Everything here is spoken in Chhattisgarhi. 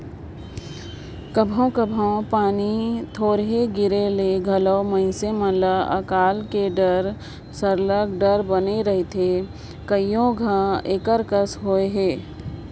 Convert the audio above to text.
कभों कभों पानी थोरहें गिरे ले घलो मइनसे मन ल अकाल कर सरलग डर बने रहथे कइयो धाएर एकर कस होइस अहे